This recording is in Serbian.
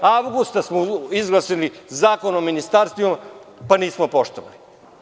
U avgustu smo izglasali Zakon o ministarstvima pa nismo poštovali.